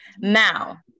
Now